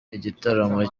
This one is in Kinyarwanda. igitaramo